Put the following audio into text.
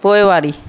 पोइवारी